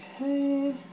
Okay